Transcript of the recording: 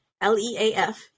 L-E-A-F